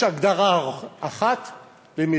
אני גם